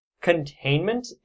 Containment